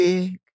Big